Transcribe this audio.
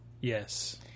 Yes